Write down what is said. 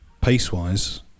pace-wise